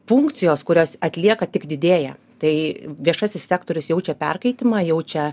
funkcijos kurias atlieka tik didėja tai viešasis sektorius jaučia perkaitimą jaučia